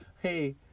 Hey